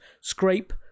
Scrape